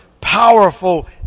powerful